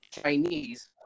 chinese